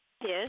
Yes